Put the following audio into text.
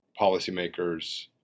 policymakers